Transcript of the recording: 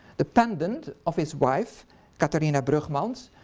the pendant of his wife catharina brugmans,